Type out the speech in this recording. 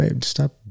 Stop